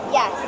Yes